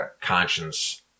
conscience